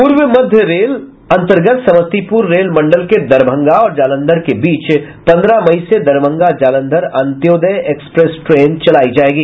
पूर्व मध्य रेल अंतर्गत समस्तीपुर रेल मंडल के दरभंगा और जालंधर के बीच पन्द्रह मई से दरभंगा जालंधर अंत्योदय एक्सप्रेस ट्रेन चलायी जायेगी